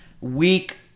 week